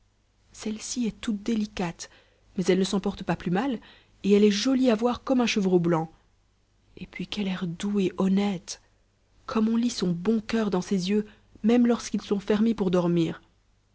celle-ci est toute délicate mais elle ne s'en porte pas plus mal et elle est jolie à voir comme un chevreau blanc et puis quel air doux et honnête comme on lit son bon cur dans ses yeux même lorsqu'ils sont fermés pour dormir